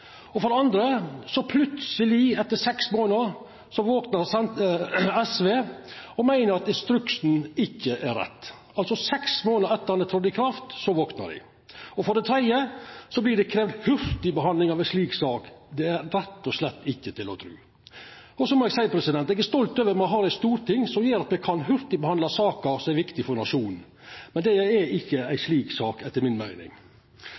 og forskrift. Og for det andre vaknar SV plutseleg etter seks månader og meiner at instruksen ikkje er rett – altså seks månader etter at han er trådd i kraft vaknar dei. Og for det tredje vert det kravd hurtigbehandling av ei slik sak – det er rett og slett ikkje til å tru. Så må eg seia at eg er stolt over at me har eit storting som gjer at me kan hurtigbehandla saker som er viktige for nasjonen, men dette er ikkje ei slik sak, etter